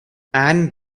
anne